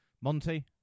Monty